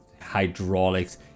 hydraulics